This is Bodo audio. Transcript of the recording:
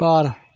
बार